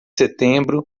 setembro